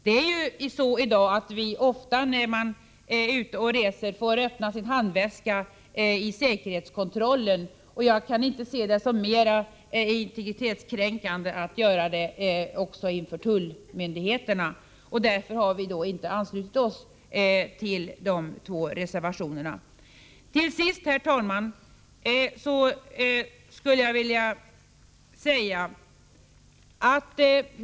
När man är ute och reser i dag får man ofta öppna sin handväska i säkerhetskontrollen. Jag kan inte se det som mera integritetskränkande att göra det också inför tullmyndigheterna. Därför har vi inte anslutit oss till de två sista reservationerna.